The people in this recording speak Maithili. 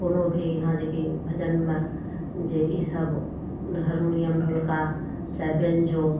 कोनो भी यहाँ जे कि भजनमे जे ईसब हर्मोनियम ढोलक चाहे बेंजो